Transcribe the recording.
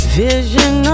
vision